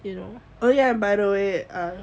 uh ya by the way